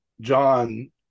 John